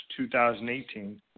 2018